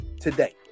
today